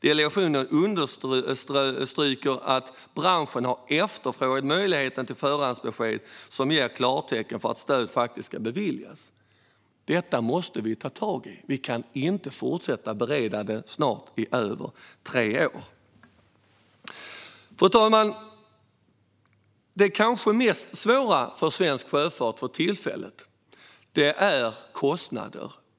Delegationen understryker att branschen har efterfrågat möjligheten till förhandsbesked som ger klartecken för att stöd faktiskt ska beviljas. Detta måste vi ta tag i. Vi kan inte fortsätta att bereda detta efter snart över tre år. Fru talman! Det som kanske är svårast för svensk sjöfart för tillfället är kostnaderna.